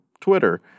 Twitter